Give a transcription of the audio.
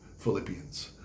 Philippians